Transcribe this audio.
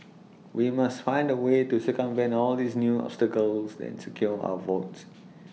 we must find A way to circumvent all these new obstacles and secure our votes